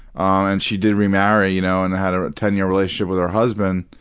um and she did remarry you know and had a ten-year relationship with her husband.